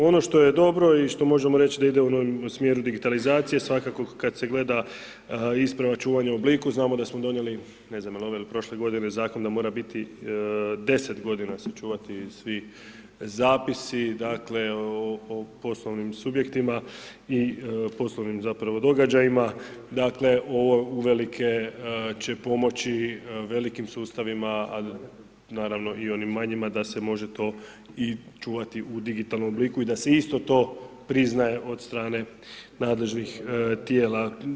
Ono što je dobro i što možemo reći da ide u smjeru digitalizacije svakako kad se gleda isprava čuvanja u obliku, znamo da smo donijeli, ne znam, jel ove ili prošle godine, Zakon da mora biti, 10 godina se čuvati svi zapisi, dakle, o poslovnim subjektima i poslovnim, zapravo, događajima, dakle, uvelike će pomoći velikim sustavima, a naravno i onim manjima da se može to i čuvati u digitalnom obliku i da se isto to priznaje od strane nadležnih tijela.